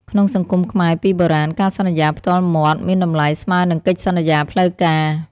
ក្នុងសង្គមខ្មែរពីបុរាណ ការសន្យាផ្ទាល់មាត់មានតម្លៃស្មើនឹងកិច្ចសន្យាផ្លូវការ។